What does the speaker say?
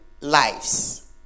lives